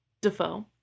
Defoe